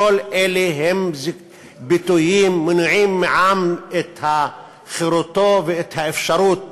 כל אלה הם ביטויים המונעים מעם את חירותו ואת האפשרות